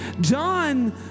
John